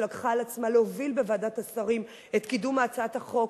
שלקחה על עצמה להוביל בוועדת השרים את קידום הצעת החוק,